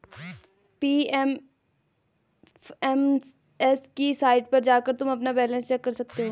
PFMS की site पर जाकर तुम अपना बैलन्स चेक कर सकते हो